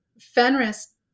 Fenris